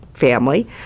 family